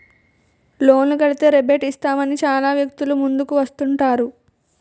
లోన్లు కడితే రేబేట్ ఇస్తామని చాలా వ్యక్తులు ముందుకు వస్తుంటారు